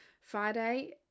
friday